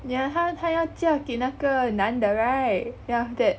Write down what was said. yeah 她要她要嫁给那个男的 right then after that